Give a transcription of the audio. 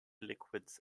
liquids